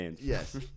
Yes